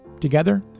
Together